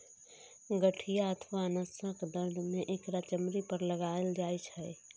गठिया अथवा नसक दर्द मे एकरा चमड़ी पर लगाएल जाइ छै